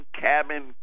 cabin